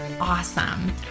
awesome